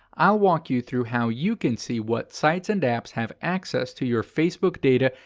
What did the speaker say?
i'll walk you through how you can see what sites and apps have access to your facebook data,